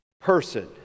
person